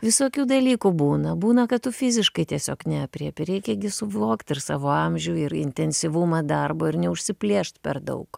visokių dalykų būna būna kad tu fiziškai tiesiog neaprėpi reikia suvokt ir savo amžių ir intensyvumą darbo ir neužsiplėšt per daug